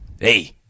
Hey